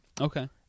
Okay